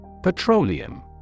Petroleum